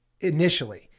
initially